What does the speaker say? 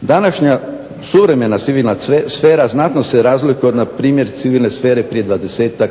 Današnja suvremena civilna sfera znatno se razlikuje od npr. civilne sfere prije 20-tak,